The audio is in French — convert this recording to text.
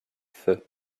feu